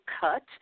cut